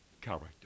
character